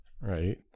right